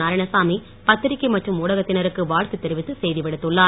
நாராயணசாமி பத்திரிக்கை மற்றும் ஊடகத்தினருக்கு வாழ்த்து தெரிவித்து செய்தி விடுத்துள்ளார்